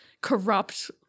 corrupt